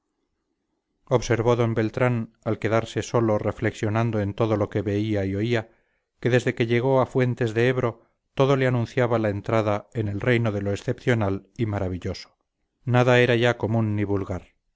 observó don beltrán al quedarse solo reflexionando en lo que veía y oía que desde que llegó a fuentes de ebro todo le anunciaba la entrada en el reino de lo excepcional y maravilloso nada era ya común